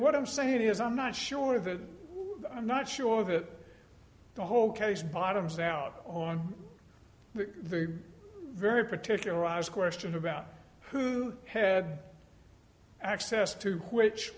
what i'm saying is i'm not sure that i'm not sure that the whole case bottoms out on the very particular question about who had access to which